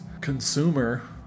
consumer